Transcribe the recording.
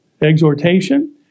exhortation